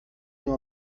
nur